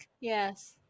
yes